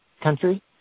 country